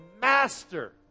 master